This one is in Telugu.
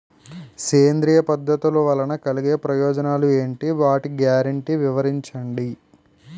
సేంద్రీయ పద్ధతుల వలన కలిగే ప్రయోజనాలు ఎంటి? వాటి గ్యారంటీ వివరించండి?